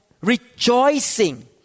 rejoicing